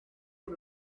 por